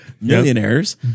millionaires